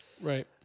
right